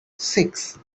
six